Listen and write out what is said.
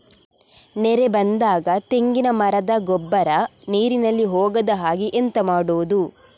ನೆರೆ ಬಂದಾಗ ತೆಂಗಿನ ಮರದ ಗೊಬ್ಬರ ನೀರಿನಲ್ಲಿ ಹೋಗದ ಹಾಗೆ ಎಂತ ಮಾಡೋದು?